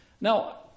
Now